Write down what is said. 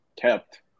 kept